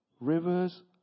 Rivers